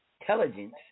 intelligence